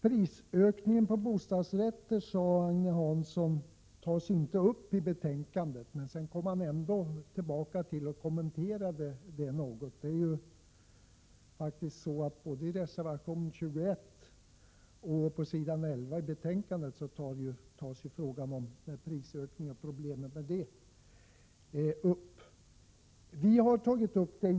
Prisökningen på bostadsrätter tas inte upp i betänkandet, sade Agne Hansson, men sedan kom han ändå tillbaka till den saken och kommenterade den något. Faktum är ju att det problemet berörs både på s. 11i betänkandet och i reservation 21.